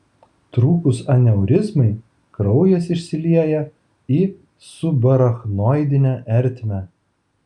trūkus aneurizmai kraujas išsilieja į subarachnoidinę ertmę